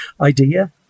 idea